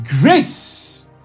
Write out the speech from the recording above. grace